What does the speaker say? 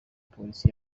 polisi